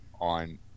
on